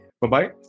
Bye-bye